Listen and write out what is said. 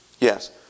Yes